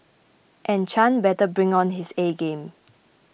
and Chan better bring on his A game